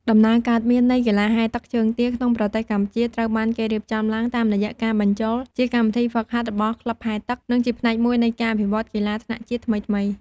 ដំណើរកើតមាននៃកីឡាហែលទឹកជើងទា ក្នុងប្រទេសកម្ពុជាត្រូវបានគេរៀបចំឡើងតាមរយៈការបញ្ចូលជាកម្មវិធីហ្វឹកហាត់របស់ក្លឹបហែលទឹក និងជាផ្នែកមួយនៃការអភិវឌ្ឍកីឡាថ្នាក់ជាតិថ្មីៗ។